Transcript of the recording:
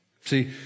See